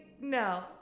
no